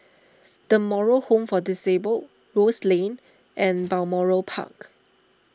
the Moral Home for Disabled Rose Lane and Balmoral Park